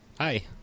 Hi